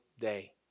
day